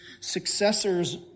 successors